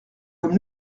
comme